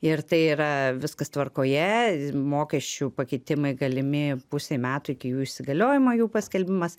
ir tai yra viskas tvarkoje mokesčių pakeitimai galimi pusei metų iki jų įsigaliojimo jų paskelbimas